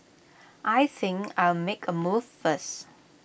I think I'll make A move first